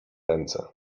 ręce